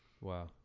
Wow